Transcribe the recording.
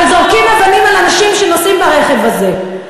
אבל זורקים אבנים על אנשים שנוסעים ברכב הזה.